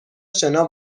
شنا